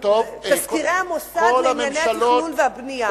תזכירי המוסד לענייני התכנון והבנייה.